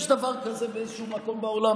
יש דבר כזה באיזשהו מקום בעולם?